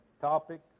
topic